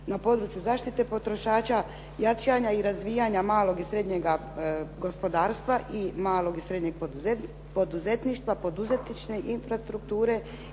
na području zaštite potrošača, jačanja i razvijanja malog i srednjega gospodarstva i malog i srednjeg poduzetništva, poduzetničke infrastrukture